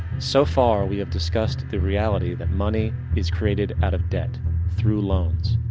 so far we have discussed the reality that money is created out of debt through loans.